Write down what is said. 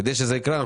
כדי שזה יקרה,